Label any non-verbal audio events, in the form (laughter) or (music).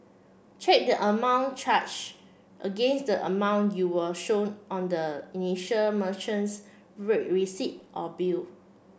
check the amount charge against a amount you were shown on the initial merchant's (unintelligible) receipt or bill